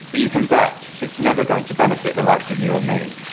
but you can bet it's never going to benefit the likes of you or me.